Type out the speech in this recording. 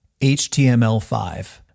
HTML5